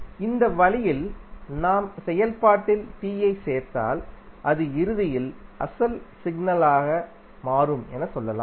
இந்த வழியில் நாம் செயல்பாட்டில் T ஐ சேர்த்தால் அது இறுதியில் அசல் சிக்னல்யாக மாறும் என்று சொல்லலாம்